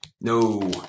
No